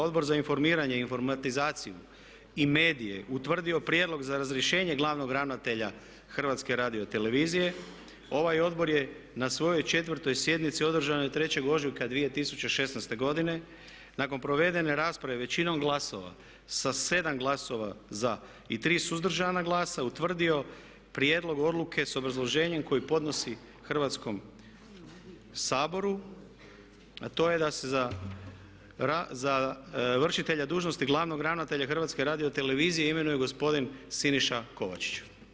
Odbor za informiranje i informatizaciju i medije utvrdio prijedlog za razrješenje glavnog ravnatelja HRT-a ovaj Odbor je na svojoj 4. sjednici održanoj 3. ožujka 2016. godine nakon provedene rasprave većinom glasova sa 7 glasova za i 3 suzdržana glasa utvrdio Prijedlog odluke sa obrazloženjem koje podnosi Hrvatskom saboru a to je da se za vršitelja dužnosti glavnog ravnatelja HRT-a imenuje gospodine Siniša Kovačić.